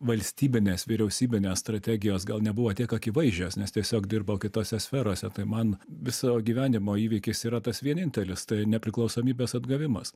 valstybinės vyriausybinės strategijos gal nebuvo tiek akivaizdžios nes tiesiog dirbau kitose sferose tai man viso gyvenimo įvykis yra tas vienintelis tai nepriklausomybės atgavimas